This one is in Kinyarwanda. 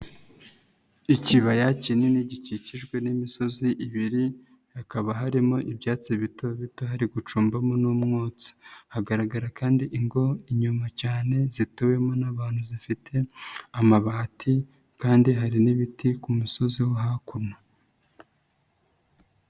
Ikibaya kinini gikikijwe n'imisozi ibiri hakaba harimo ibyatsi bito bito hari gucumbamo n'umwotsi, hagaragara kandi ingo inyuma cyane zituwemo n'abantu zifite amabati kandi hari n'ibiti ku musozi wo hakuno.